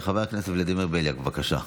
חבר הכנסת ולדימיר בליאק, בבקשה.